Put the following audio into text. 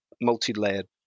multi-layered